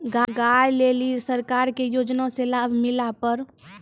गाय ले ली सरकार के योजना से लाभ मिला पर?